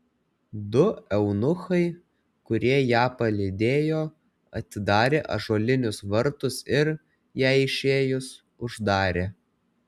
du eunuchai kurie ją palydėjo atidarė ąžuolinius vartus ir jai išėjus uždarė